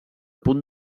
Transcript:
punt